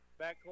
backcourt